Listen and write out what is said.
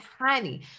honey